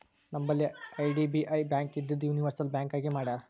ನಂಬಲ್ಲಿ IDBI bank ಇದ್ದಿದು universal bank ಆಗಿ ಮಾಡ್ಯಾರ್